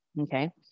Okay